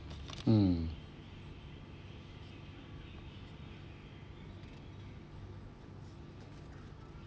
mm